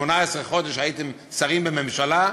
18 חודש הייתם שרים בממשלה.